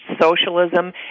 socialism